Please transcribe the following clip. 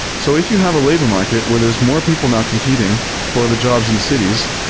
so if you have a labor market where there's more people now competing for the jobs in the cities,